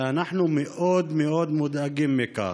ואנחנו מאוד מאוד מודאגים מכך.